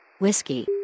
Whiskey